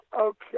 okay